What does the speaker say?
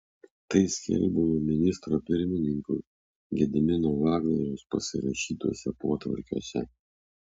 tai skelbiama ministro pirmininko gedimino vagnoriaus pasirašytuose potvarkiuose